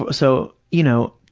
ah so, you know,